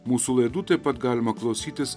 mūsų laidų taip pat galima klausytis